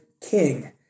king